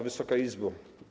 Wysoka Izbo!